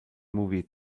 movie